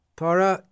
...para